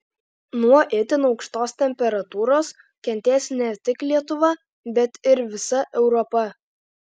nuo itin aukštos temperatūros kentės ne tik lietuva bet ir visa europa